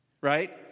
Right